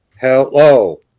Hello